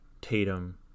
Tatum